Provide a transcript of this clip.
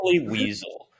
weasel